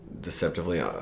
deceptively